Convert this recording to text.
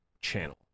channel